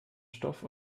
stoff